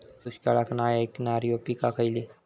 दुष्काळाक नाय ऐकणार्यो पीका खयली?